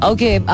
Okay